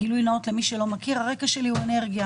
גילוי נאות למי שלא מכיר, הרקע שלי הוא אנרגיה.